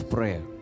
Prayer